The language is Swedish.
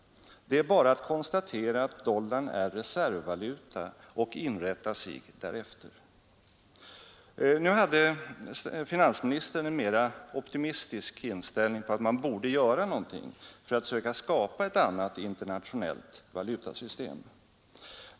Det är bara att konstatera att dollarn är reservvaluta och inrätta sig därefter.” Finansministern hade en mera optimistisk inställning och sade att man borde göra någonting för att söka skapa ett annat internationellt valutasystem.